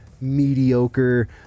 mediocre